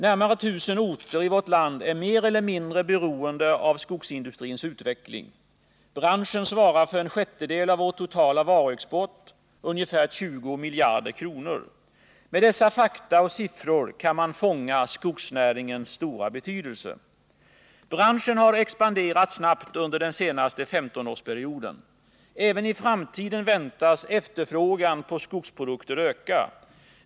Närmare 1 000 orter i vårt land är mer eller mindre beroende av skogsindustrins utveckling. Branschen svarar för en sjättedel av vår totala varuexport — ungefär 20 miljarder kronor. Med dessa fakta och siffror kan man fånga skogsnäringens stora betydelse. Branschen har expanderat snabbt under den senaste 15-årsperioden. Även i framtiden väntas efterfrågan på skogsprodukter öka.